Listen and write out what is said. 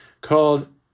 called